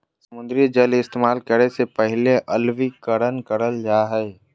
समुद्री जल इस्तेमाल करे से पहले अलवणीकरण करल जा हय